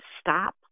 stop